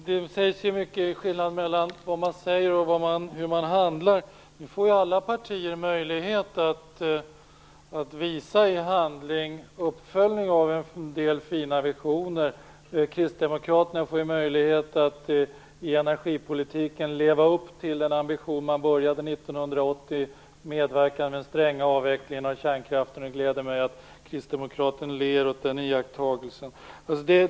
Fru talman! Det sägs mycket om skillnaden mellan vad man säger och hur man handlar. Nu får alla partier möjlighet att i handling visa uppföljningen av en del fina visioner. Kristdemokraterna får möjlighet att i energipolitiken leva upp till den ambition man började med 1980, att medverka i en sträng avveckling av kärnkraften. Det gläder mig att kristdemokraten ler åt iakttagelsen.